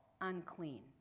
unclean